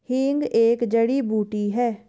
हींग एक जड़ी बूटी है